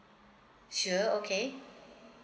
sure okay